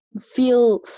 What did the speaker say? feel